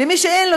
ומי שאין לו,